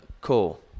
cool